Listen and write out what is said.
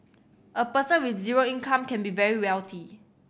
a person with zero income can be very wealthy